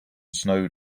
snow